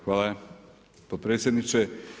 Hvala potpredsjedniče.